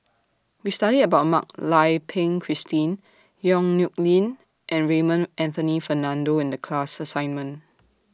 We studied about Mak Lai Peng Christine Yong Nyuk Lin and Raymond Anthony Fernando in The class assignment